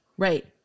Right